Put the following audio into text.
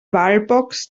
wallbox